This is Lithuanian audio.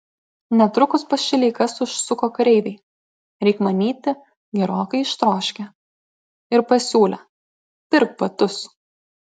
netrukus pas šileikas užsuko kareiviai reik manyti gerokai ištroškę ir pasiūlė pirk batus